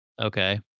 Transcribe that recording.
Okay